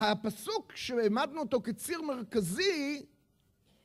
הפסוק שהעמדנו אותו כציר מרכזי